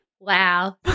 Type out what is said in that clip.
Wow